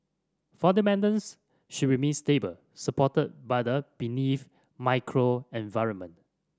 fundamentals should remain stable supported by the macro environment